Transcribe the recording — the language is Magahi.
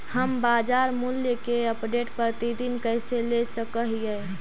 हम बाजार मूल्य के अपडेट, प्रतिदिन कैसे ले सक हिय?